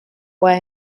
way